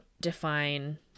define